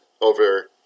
over